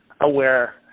aware